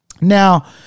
now